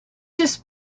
just